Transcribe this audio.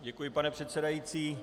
Děkuji, pane předsedající.